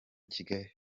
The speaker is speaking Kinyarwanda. kigali